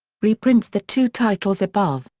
reprints the two titles above.